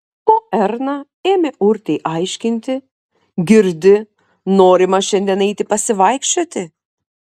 o erna ėmė urtei aiškinti girdi norima šiandien eiti pasivaikščioti